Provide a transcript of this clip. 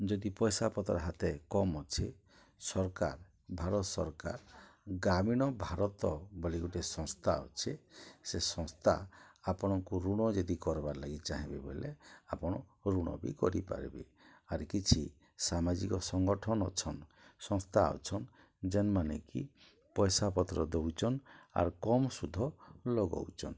ଯଦି ପଇସାପତ୍ର ହାତେ କମ୍ ଅଛେ ସର୍କାର୍ ଭାରତ୍ ସର୍କାର୍ ଗ୍ରାମୀଣ ଭାରତ ବୋଲି ଗୋଟେ ସଂସ୍ଥା ଅଛି ସେ ସଂସ୍ଥା ଆପଣଙ୍କୁ ଋଣ ଯଦି କର୍ବାର୍ ଲାଗି ଚାହିଁବେ ବଏଲେ ଆପଣ ଋଣବି କରିପାର୍ବେ ଆର୍ କିଛି ସାମାଜିକ ସଂଗଠନ୍ ଅଛନ୍ ସଂସ୍ଥା ଅଛନ୍ ଯେନ୍ ମାନେ କି ପଏସାପତ୍ର ଦଉଚନ୍ ଆର୍ କମ୍ ଶୁଦ୍ଧ ଲଗଉଚନ୍